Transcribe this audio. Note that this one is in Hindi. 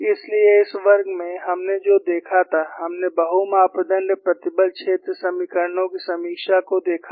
इसलिए इस वर्ग में हमने जो देखा था हमने बहु मापदण्ड प्रतिबल क्षेत्र समीकरणों की समीक्षा को देखा था